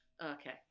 okay